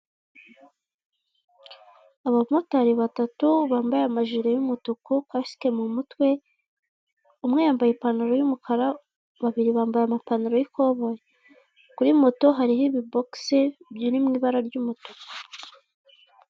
Abamotari batatu bampaye amajiri y'umutuku, kasike my mutwe; umwe yambaye ipantaro y'umukara, babiri bambaye amapantaro y'ikoboyi. Kuri moto hariho ibibokisi biri mu ibara ry'umutuku.